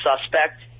suspect